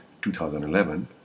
2011